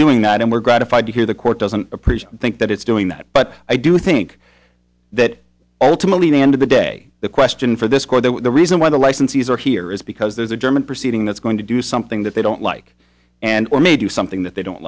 doing that and we're gratified to hear the court doesn't appreciate and think that it's doing that but i do think that ultimately the end of the day the question for this court the reason why the licensees are here is because there's a german proceeding that's going to do something that they don't like and or may do something that they don't